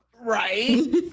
right